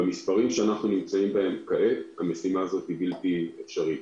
אבל במספרים שאנחנו נמצאים בהם כעת המשימה הזאת היא בלתי אפשרית: